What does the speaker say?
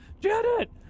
Janet